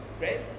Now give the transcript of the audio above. right